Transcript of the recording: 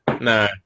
no